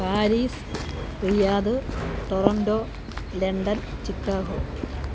Paris Riyadh Toronto London Chicago